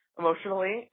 emotionally